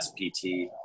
spt